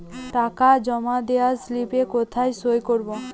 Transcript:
টাকা জমা দেওয়ার স্লিপে কোথায় সই করব?